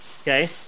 Okay